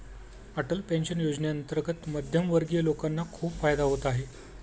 Atal pension योजनेअंतर्गत मध्यमवर्गीय लोकांना खूप फायदा होत आहे